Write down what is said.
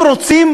אם רוצים,